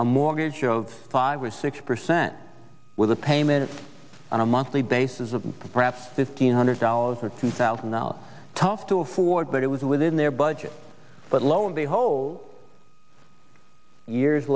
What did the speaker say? a mortgage of five or six percent with a payment on a monthly basis of perhaps fifteen hundred dollars or two thousand now tough to afford but it was within their budget but lo and behold years